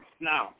Now